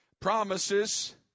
Promises